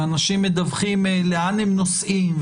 מדווחים לאן הם נוסעים,